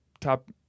top